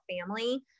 family